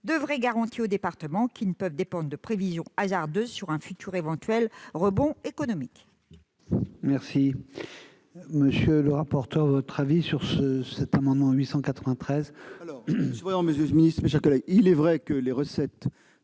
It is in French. de vraies garanties aux départements, qui ne peuvent dépendre de prévisions hasardeuses quant à un éventuel rebond économique.